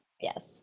yes